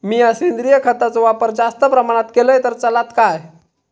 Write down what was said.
मीया सेंद्रिय खताचो वापर जास्त प्रमाणात केलय तर चलात काय?